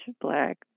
black